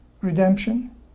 redemption